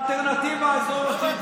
אמרת שזאת הממשלה הכי ימנית,